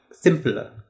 simpler